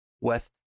west